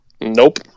Nope